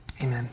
Amen